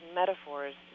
metaphors